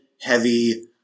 heavy